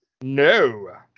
No